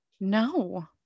No